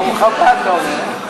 ברוך הבא, אתה אומר.